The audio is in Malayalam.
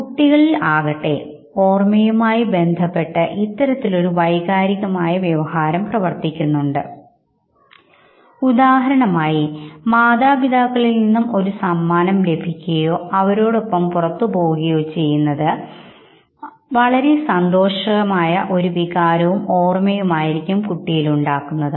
കുട്ടികളിൽ ആകട്ടെ ഓർമ്മയുമായി ബന്ധപ്പെട്ടു ഇത്തരത്തിലൊരു വൈകാരികമായ വ്യവഹാരം പ്രവർത്തിക്കുന്നുണ്ട് ഉദാഹരണമായി മാതാപിതാക്കളിൽ നിന്നും ഒരു സമ്മാനം ലഭിക്കുകയോ അവരോടൊപ്പം പുറത്തുപോവുകയോ ചെയ്യുന്നത് അത് വളരെ സന്തോഷകരമായ ഒരു വികാരവും ഓർമ്മയും ആയിരിക്കും ഉണ്ടാക്കുന്നത്